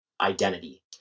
identity